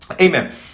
Amen